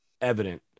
evident